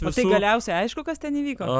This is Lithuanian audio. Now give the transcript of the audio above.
matai galiausiai aišku kas ten įvyko